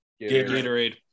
Gatorade